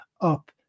up